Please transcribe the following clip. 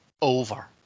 over